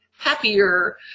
happier